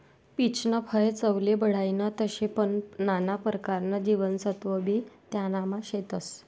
पीचनं फय चवले बढाईनं ते शे पन नाना परकारना जीवनसत्वबी त्यानामा शेतस